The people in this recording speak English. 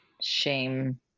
shame